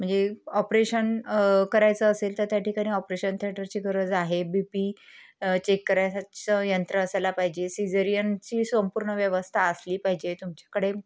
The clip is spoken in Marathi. म्हणजे ऑपरेशन करायचं असेल तर त्या ठिकाणी ऑपरेशन थिएटरची गरज आहे बी पी चेक करायचं यंत्र असायला पाहिजे सिजेरियनची संपूर्ण व्यवस्था असली पाहिजे तुमच्याकडे